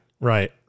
right